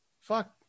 Fuck